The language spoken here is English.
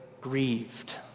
grieved